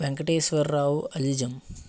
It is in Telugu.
వేంకటేశ్వర రావు అలిజం